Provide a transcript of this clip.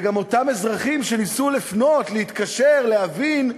וגם אותם אזרחים שניסו לפנות, להתקשר, להבין,